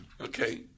Okay